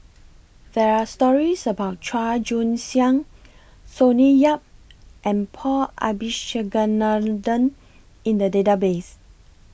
There Are stories about Chua Joon Siang Sonny Yap and Paul Abisheganaden in The Database